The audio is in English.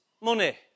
money